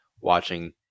watching